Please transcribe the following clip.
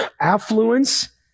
affluence